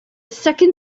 second